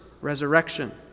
resurrection